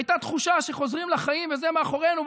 הייתה תחושה שחוזרים לחיים וזה מאחורינו,